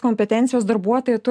kompetencijos darbuotoją tu